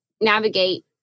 navigate